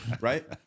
right